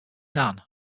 nan